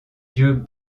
yeux